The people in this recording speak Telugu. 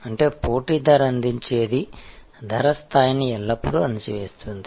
అంటే పోటీ ధర అందించేది ధర స్థాయిని ఎల్లప్పుడూ అణిచివేస్తుంది